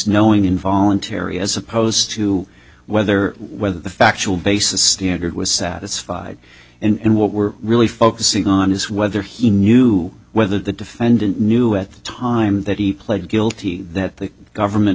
knowing involuntary as opposed to whether whether the factual basis standard was satisfied and what we're really focusing on is whether he knew whether the defendant knew at the time that he pled guilty that the government